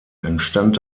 entstand